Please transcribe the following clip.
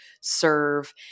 serve